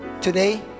today